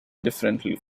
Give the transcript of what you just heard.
differently